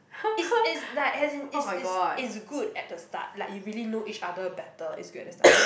it's it's like as in it's it's it's good at the start like you really know each other better is good at the start